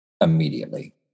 immediately